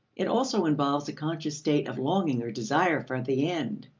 it also involves a conscious state of longing or desire for the end.